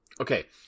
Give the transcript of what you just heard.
Okay